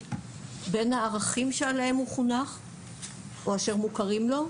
בין הערכים שעליהם הוא חונך או שמוכרים לו,